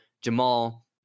Jamal